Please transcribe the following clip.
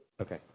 Okay